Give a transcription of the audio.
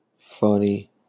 funny